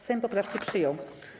Sejm poprawki przyjął.